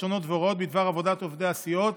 השונות וההוראות בדבר עבודת עובדי הסיעות